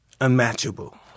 unmatchable